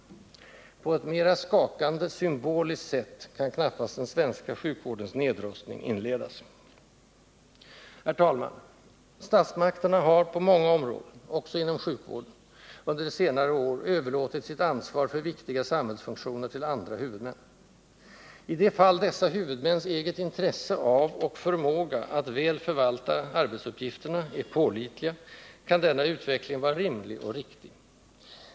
På ett mera skakande, symboliskt sätt kan knappast den svenska sjukvårdens nedrustning inledas. Herr talman! Statsmakterna har på många områden, också inom sjukvården, under senare år överlåtit sitt ansvar för viktiga samhällsfunktioner till andra huvudmän. I de fall dessa huvudmäns eget intresse av och förmåga att väl förvalta arbetsuppgifterna är pålitliga kan denna utveckling vara rimlig och riktig.